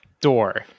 door